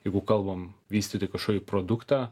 jeigu kalbam vystyti kažkokį produktą